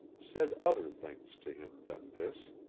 said other things to him than this.